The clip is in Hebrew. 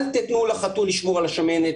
אל תיתנו לחתול לשמור על השמנת.